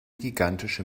gigantische